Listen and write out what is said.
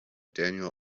daniel